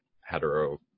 hetero